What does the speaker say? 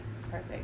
Perfect